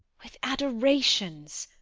with adorations,